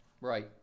Right